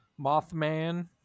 Mothman